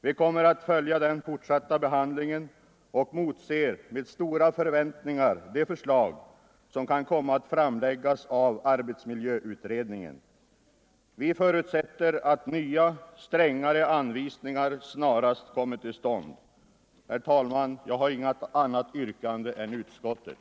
Vi kommer att följa den fortsatta behandlingen och motser med stora förväntningar de förslag som kan komma att framläggas av arbetsmiljöutredningen. Vi förutsätter att nya, strängare anvisningar snarast kommer till stånd. Herr talman! Jag har inget annat yrkande än utskottet.